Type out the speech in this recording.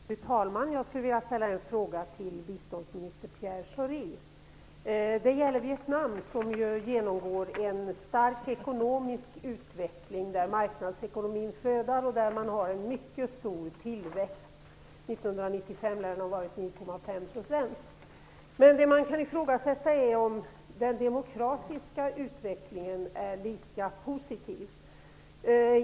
Fru talman! Jag skulle vilja ställa en fråga till biståndsminister Pierre Schori. Det gäller Vietnam, som ju genomgår en stark ekonomisk utveckling, där marknadsekonomin flödar och där man har en mycket stor tillväxt. 1995 lär den ha varit 9,5 %. Men man kan ifrågasätta om den demokratiska utvecklingen är lika positiv.